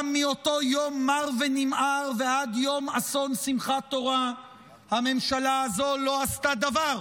גם מאותו יום מר ונמהר ועד יום אסון שמחת תורה הממשלה הזאת לא עשתה דבר